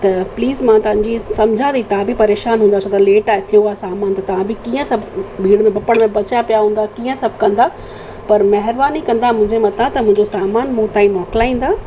त प्लीज़ मां तव्हांजी समुझा थी तव्हां बि परेशान हूंदा छो त लेट आहे थियो आहे सामान त तव्हां बि कीअं सभु भीड़ में बबड में बचा पिया हूंदा कीअं सभु कंदो पर महिरबानी कंदा मुंहिंजे मथां त मुंहिंजो सामान मूं ताईं मोकिलाईंदा